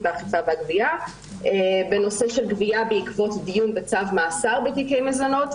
האכיפה והגבייה בנושא של גבייה בעקבות דיון בצו מאסר בתיקי מזונות,